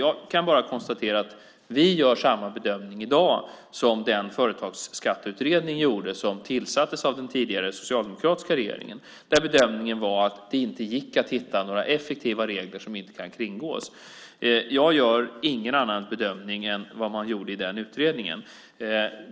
Jag kan bara konstatera att vi i dag gör samma bedömning som den företagsskatteutredning gjorde som tillsattes av den tidigare socialdemokratiska regeringen. Den bedömningen var att det inte gick att hitta några effektiva regler som inte kan kringgås. Jag gör ingen annan bedömning än den man gjorde i den utredningen.